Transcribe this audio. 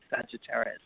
Sagittarius